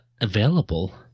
available